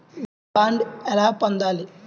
Gold bond ఎలా పొందాలి?